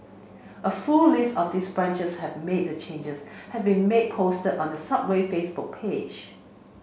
a full list of these branches have made the changes have remained posted on the Subway Facebook page